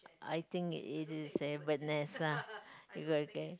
I think it is a bird nest uh we go again